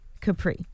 Capri